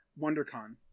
WonderCon